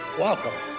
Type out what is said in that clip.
welcome